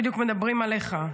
בדיוק מדברים עליך,